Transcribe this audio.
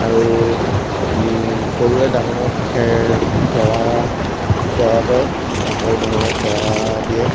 আৰু সৰুৱে ডাঙৰক সে সেৱা সেৱা কৰে আৰু ডাঙৰে সেৱা দিয়ে